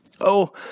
Oh